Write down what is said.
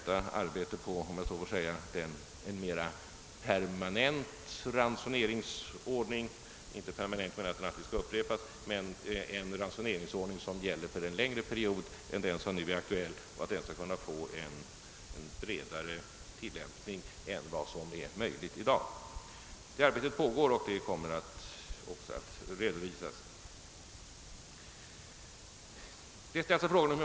Arbetet går alltså ut på att vid en ransonering under en längre tid än den som nu är aktuell få en bredare tilllämpning än som är möjligt i dag. Resultatet av detta arbete kommer senare att redovisas.